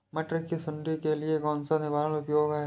मटर की सुंडी के लिए कौन सा निवारक उपाय है?